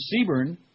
Seaburn